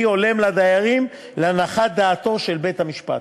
הולם לדיירים להנחת דעתו של בית-המשפט.